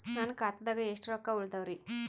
ನನ್ನ ಖಾತಾದಾಗ ಎಷ್ಟ ರೊಕ್ಕ ಉಳದಾವರಿ?